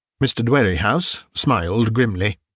mr. dwerrihouse smiled grimly.